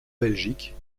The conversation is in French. belgique